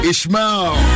Ishmael